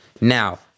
Now